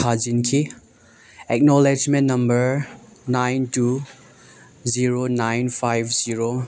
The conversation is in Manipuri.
ꯊꯥꯖꯤꯟꯈꯤ acknowledgement number nine two zero nine five zero